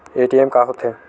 ATM का होथे?